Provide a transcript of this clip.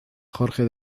jorge